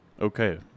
Okay